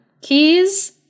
keys